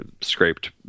scraped